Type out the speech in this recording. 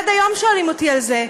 עד היום שואלים אותי על זה,